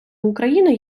україни